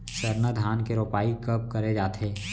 सरना धान के रोपाई कब करे जाथे?